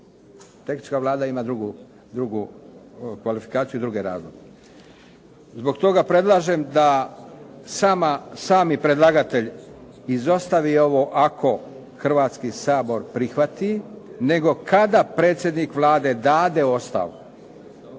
Tehnička Vlada ima drugu kvalifikaciju i druge razloge. Zbog toga predlažem da sami predlagatelj izostavi ovo "ako Hrvatski sabor prihvati", nego "kada predsjednik Vlade dade ostavku